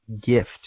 gift